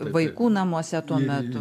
vaikų namuose tuo metu